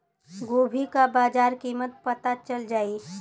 गोभी का बाजार कीमत पता चल जाई?